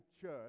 church